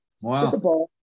wow